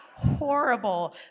horrible